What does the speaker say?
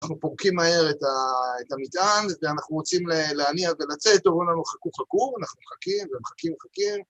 אנחנו פורקים מהר את המטען, ואנחנו רוצים להניע ולצאת, והוא אומר לנו חכו חכו, ואנחנו מחכים ומחכים ומחכים.